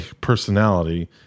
personality